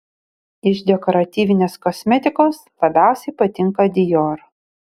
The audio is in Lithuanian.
iš dekoratyvinės kosmetikos labiausiai patinka dior